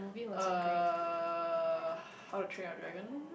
uh How-to-Train-Your-Dragon